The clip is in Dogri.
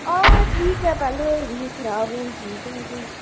आओ ठीक ऐ पैह्लें होई दी ही खराब हून ठीक ऐ ते